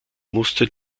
musste